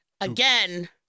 again